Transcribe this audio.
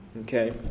Okay